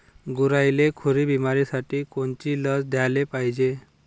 गुरांइले खुरी बिमारीसाठी कोनची लस द्याले पायजे?